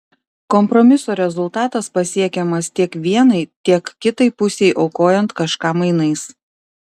kompromiso rezultatas pasiekiamas tiek vienai tiek kitai pusei aukojant kažką mainais